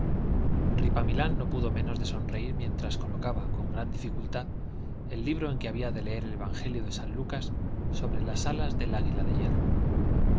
olvidaban ripamilán no pudo menos de sonreír mientras colocaba con gran dificultad el libro en que había de leer el evangelio de san lucas sobre las alas del águila de hierro